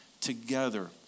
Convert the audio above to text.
together